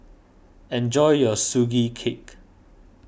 enjoy your Sugee Cake